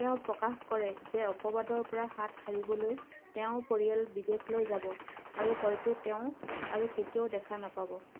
তেওঁ প্ৰকাশ কৰে যে অপবাদৰ পৰা হাত সাৰিবলৈ তেওঁৰ পৰিয়াল বিদেশলৈ যাব আৰু হয়তো তেওঁক আৰু কেতিয়াও দেখা নাপাব